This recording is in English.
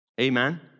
Amen